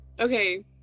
Okay